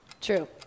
True